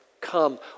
come